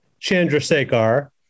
Chandrasekhar